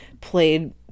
played